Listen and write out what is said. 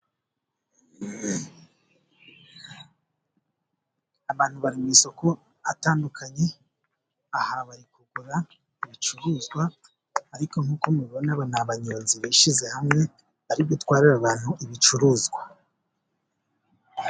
Abantu bari mu isoko ahatandukanye. Aha bari kugura ibicuruzwa, ariko nk’uko mubibona, aba ni abanyonzi bishyize hamwe bari gutwarira abantu ibicuruzwa.